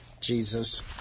Jesus